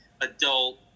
adult